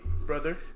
brother